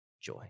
joy